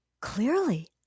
clearly